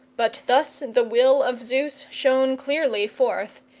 but thus the will of zeus shone clearly forth,